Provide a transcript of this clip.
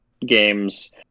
games